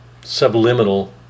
subliminal